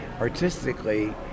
artistically